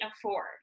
afford